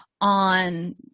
on